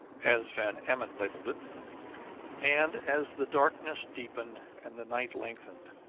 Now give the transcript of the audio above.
as van emmon labeled it and as the darkness deepened and the night lengthened,